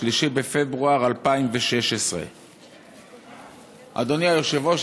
3 בפברואר 2016. אדוני היושב-ראש,